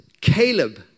Caleb